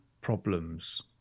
problems